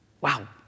Wow